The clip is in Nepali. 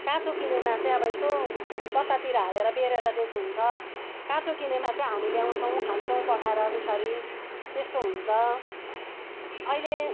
काँचो किनामा चाहिँ अब यसो पत्तातिर हालेर बेह्रेर दिएको हुन्छ काँचो किनामा चाहिँ हामी ल्याउँछौँ खान्छौँ त्यसरी त्यस्तो हुन्छ अहिले